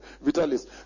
Vitalis